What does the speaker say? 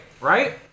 Right